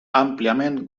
àmpliament